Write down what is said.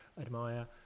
admire